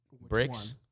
Bricks